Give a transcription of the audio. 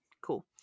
Cool